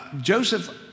Joseph